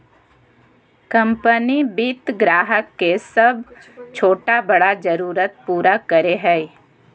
company वित्त ग्राहक के सब छोटा बड़ा जरुरत के पूरा करय हइ